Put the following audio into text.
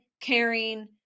caring